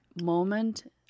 moment